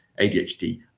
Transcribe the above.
ADHD